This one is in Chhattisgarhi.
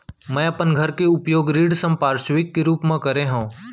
मै अपन घर के उपयोग ऋण संपार्श्विक के रूप मा करे हव